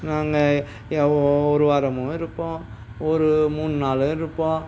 நாங்கள் ய ஒ ஒரு வாரமும் இருப்போம் ஒரு மூணு நாள் இருப்போம்